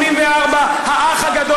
ב-1984, האח הגדול.